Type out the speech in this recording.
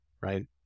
right